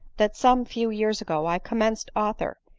that some few years ago i commenced author,